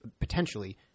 potentially